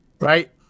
right